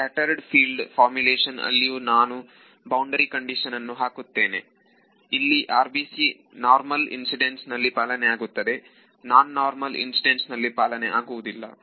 scattered field formulation ಅಲ್ಲಿಯೂ ನಾನು boundary condition ಹಾಕುತ್ತಿದ್ದೇನೆ ಇಲ್ಲಿ RBC ನಾರ್ಮಲ್ ಇನ್ಸಿಡೆನ್ಸ್ ನಲ್ಲಿ ಪಾಲನೆಯಾಗುತ್ತದೆ ನಾನ್ ನಾರ್ಮಲ್ ಇನ್ಸಿಡೆನ್ಸ್ ನಲ್ಲಿ ಪಾಲನೆ ಆಗುವುದಿಲ್ಲ